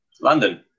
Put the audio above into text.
London